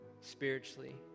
spiritually